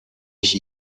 ich